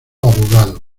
abogado